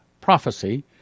prophecy